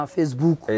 Facebook